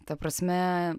ta prasme